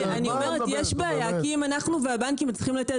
יש בעיה כי אם אנחנו והבנקים מצליחים לתת